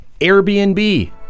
Airbnb